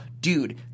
Dude